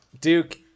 duke